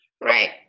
Right